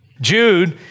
Jude